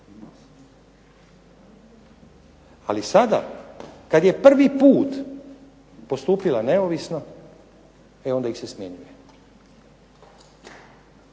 Ali sada kad je prvi put postupila neovisno e onda ih se smjenjuje.